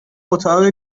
اتاق